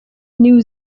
new